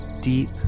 deep